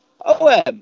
OM